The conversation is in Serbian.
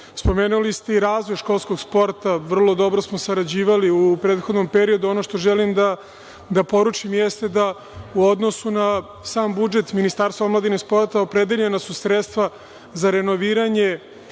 studija. Spomenuli ste i razvoj školskog sporta. Vrlo dobro smo sarađivali u prethodnom periodu. Ono što želim da poručim, jeste da u odnosu na sam budžet Ministarstva omladine i sporta opredeljena su sredstva za renoviranje